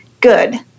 good